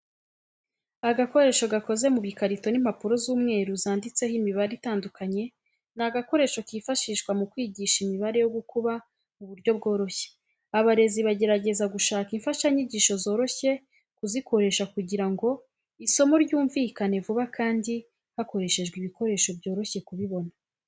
Agakoresho gakoze mu bikarito n'impapuro z'umweru zanditseho imibare itandukanye, ni agakoresho kifashishwa mu kwigisha imibare yo gukuba mu buryo bworoshye. Abarezi bagerageza gushaka imfashanyigisho zoroshye kuzikoresha kugirango isomo ryumvikane vuba kandi hakoreshejwe ibikoresho byoroshye kubibona.